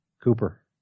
Cooper